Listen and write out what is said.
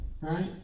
Right